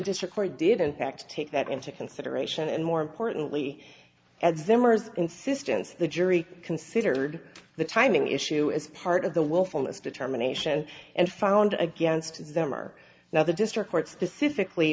district court did in fact take that into consideration and more importantly at zimmer's insistence the jury considered the timing issue as part of the willfulness determination and found against them or now the district court specifically